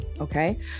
Okay